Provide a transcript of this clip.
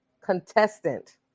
contestant